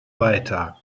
weiter